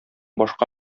башка